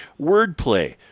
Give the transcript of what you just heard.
wordplay